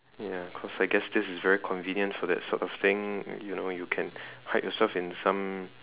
ya cause I guess this is very convenient for that sort of thing you know you can hide yourself in some